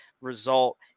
result